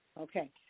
Okay